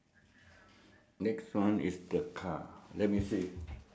with the with with with the with the what you call the